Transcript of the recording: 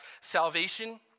salvation